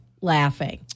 laughing